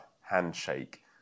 handshake